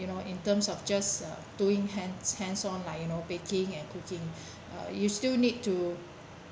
you know in terms of just uh doing hands hands on like you know baking and cooking uh you still need to